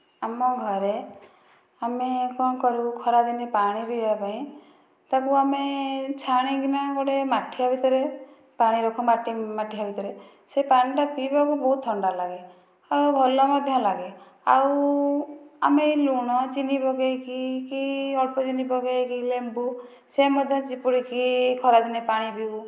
ଆମ ଘରେ ଆମେ କ'ଣ କରୁ ଖରାଦିନେ ପାଣି ପିଇବା ପାଇଁ ତାକୁ ଆମେ ଛାଣିକିନା ଗୋଟେ ମାଠିଆ ଭିତରେ ପାଣି ରଖୁ ମାଟି ମାଠିଆ ଭିତରେ ସେ ପାଣିଟା ପିଇବାକୁ ବହୁତ ଥଣ୍ଡା ଲାଗେ ଆଉ ଭଲ ମଧ୍ୟ ଲାଗେ ଆଉ ଆମେ ଲୁଣ ଚିନି ପକେଇକି କି ଅଳ୍ପ ଚିନି ପାକାଇକି ଲେମ୍ବୁ ସେ ମଧ୍ୟ ଚିପୁଡ଼ିକି ଖରାଦିନେ ପାଣି ପିଉ